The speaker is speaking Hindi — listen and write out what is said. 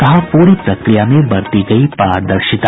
कहा पूरी प्रक्रिया में बरती गयी पारदर्शिता